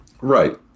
Right